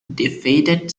defeated